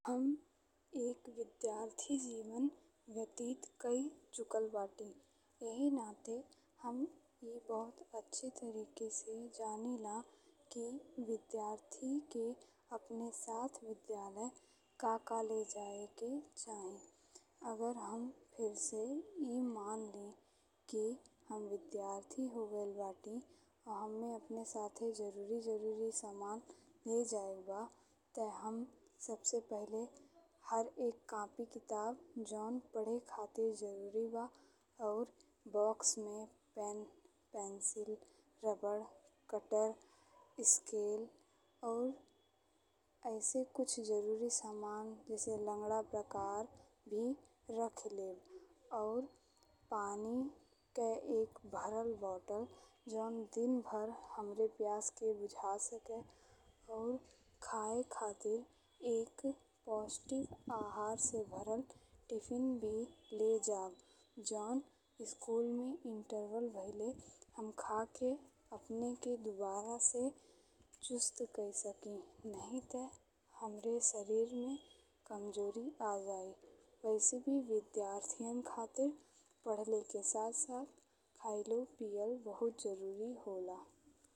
हम एक विद्यार्थी जीवन व्यतीत कई चुकल बाटी। एहि नाते हम ए बहुत अच्छी तरीके से जानिला कि विद्यार्थी के अपने साथ विद्यालय का का ले जाके चाही। अगर हम फेर से ए मानी लेइ कि हम विद्यार्थी हो गइल बटी अउर हम्मे अपने साथे जरूरी जरूरी सामान ले जाएक बा ते हम सबसे पहिले हर एक कापी किताब जौन पढ़े खातिर जरूरी बा। और बॉक्स में पेन, पेंसिल, रबड़, कटर, स्केल और अइसन कुछ जरूरी सामान जैसे लंगड़ा प्रकार भी राखी लेब और पानी के एक भरल बोतल जौन दिन भर हमरा पास के बुझा सके और खाए खातिर एक पौष्टिक आहार से भरल टिफिन भी ले जाब। जौन स्कूल में इंटरवल भइले हम खा के अपने के दुबारा से चुस्त कई सकी। नाही ते हमरा शरीर में कमजोरी आ जाई। वैसे भी विद्यार्थियन खातिर पहिले के साथ-साथ खेलो पियल बहुत जरूरी होला।